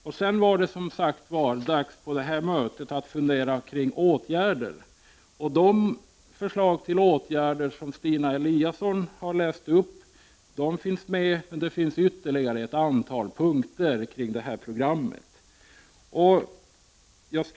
Efter detta konstaterande var det dags för mötet att fundera kring åtgärder. De förslag till åtgärder som Stina Eliasson räknade upp finns med bland dessa, men det finns ytterligare ett antal punkter i det här programmet. Herr talman!